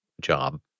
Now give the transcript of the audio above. job